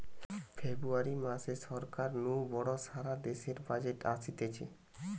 ফেব্রুয়ারী মাসে সরকার নু বড় সারা দেশের বাজেট অসতিছে